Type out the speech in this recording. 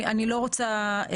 אני לא רוצה,